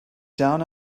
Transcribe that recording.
down